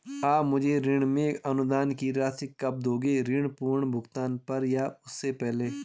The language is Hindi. आप मुझे ऋण में अनुदान की राशि कब दोगे ऋण पूर्ण भुगतान पर या उससे पहले?